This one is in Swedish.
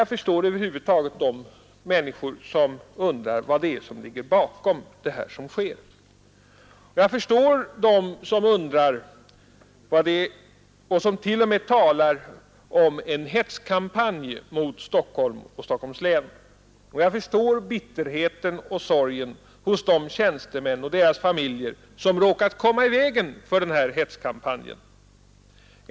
Jag förstår de människor som undrar vad som ligger bakom det som håller på att ske. Jag förstår dem som t.o.m. talar om en hetskampanj mot Stockholm och Stockholms län. Jag förstår bitterheten och sorgen hos de tjänstemän och deras familjer som råkat komma i vägen för denna hetskampanj.